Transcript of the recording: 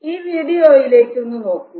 ഈ വീഡിയോയിലേക്ക് നോക്കൂ